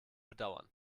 bedauern